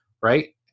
right